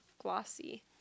glossy